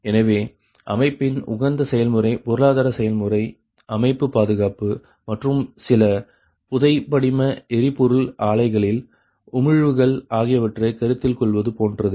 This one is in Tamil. எனவே அமைப்பின் உகந்த செயல்முறை பொருளாதார செயல்முறை அமைப்பு பாதுகாப்பு மற்றும் சில புதைபடிம எரிபொருள் ஆலைகளில் உமிழ்வுகள் ஆகியவற்றை கருத்தில் கொள்வது போன்றது